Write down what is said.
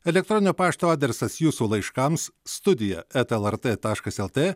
elektroninio pašto adresas jūsų laiškams studija eta lrt taškas lt